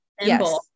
Yes